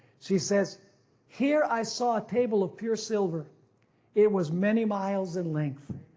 she says here i saw a table of pure silver it was many miles in length,